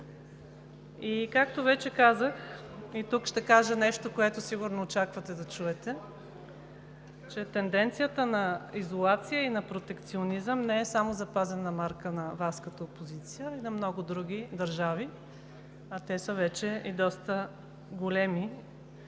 Както вече казах и тук ще кажа нещо, което сигурно очаквате да чуете, че тенденцията на изолация и на протекционизъм не е само запазена марка на Вас като опозиция, а и на много други държави, а те са вече и доста големи.